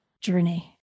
journey